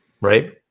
right